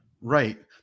Right